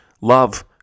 love